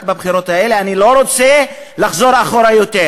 רק בבחירות האלה,